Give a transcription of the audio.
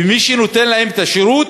ומי שנותנת להם את השירות